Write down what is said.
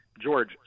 George